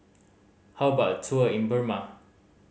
how about a tour in Burma